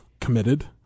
committed